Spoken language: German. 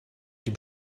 dem